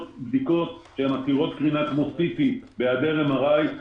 בדיקות עתירות קרינה כמו CT בהיעדר MRI,